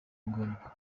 ngombwa